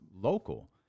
local